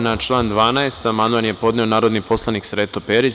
Na član 12. amandman je podneo narodni poslanik Sreto Perić.